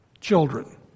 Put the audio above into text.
children